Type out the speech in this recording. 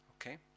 Okay